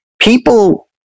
people